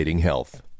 health